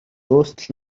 дуустал